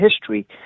history